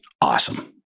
awesome